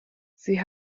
sie